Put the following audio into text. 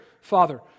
Father